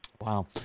Wow